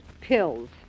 pills